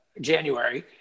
January